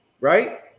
Right